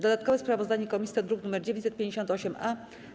Dodatkowe sprawozdanie komisji to druk nr 958-A.